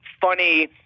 funny